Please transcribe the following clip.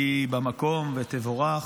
היא במקום, ותבורך.